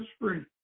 free